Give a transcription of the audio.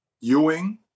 Ewing